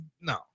no